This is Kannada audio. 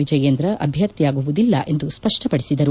ವಿಜಯೇಂದ್ರ ಅಭ್ಯರ್ಥಿಯಾಗುವುದಿಲ್ಲ ಎಂದು ಸ್ವಷ್ಟಪಡಿಸಿದರು